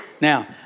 now